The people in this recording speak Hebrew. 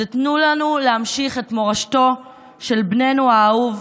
זה: תנו לנו להמשיך את מורשתו של בננו האהוב.